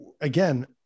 again